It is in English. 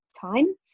time